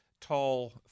tall